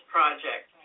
Project